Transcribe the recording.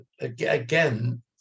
again